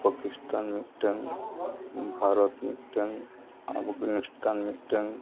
ᱯᱟᱹᱠᱤᱥᱛᱟᱱ ᱢᱤᱫᱴᱟᱱ ᱵᱷᱟᱨᱚᱛ ᱢᱤᱫᱴᱟᱱ ᱟᱯᱷᱜᱟᱹᱱᱤᱥᱛᱟᱱ ᱢᱤᱫᱴᱟᱱ